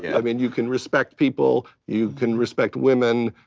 i mean, you can respect people, you can respect women,